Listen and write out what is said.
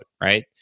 right